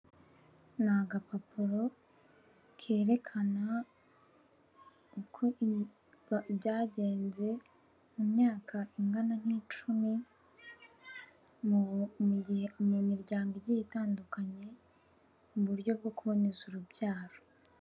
Ni agapapuro kerekana uko byagenze mu myaka ingana nk'icumi mu gihe mu miryango igiye itandukanye mu buryo bwo kuboneza urubyaro.